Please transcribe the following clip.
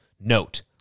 Note